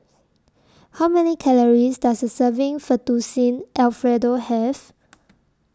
How Many Calories Does A Serving Fettuccine Alfredo Have